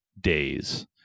days